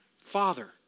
Father